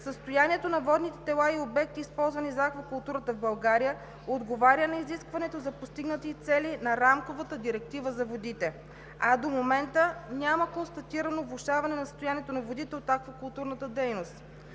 състоянието на водните тела и обекти, използвани за аквакултурата в България, отговаря на изискването за постигнати цели на Рамковата директива за водите, а до момента няма констатирано влошаване на състоянието на водите от аквакултурната дейност.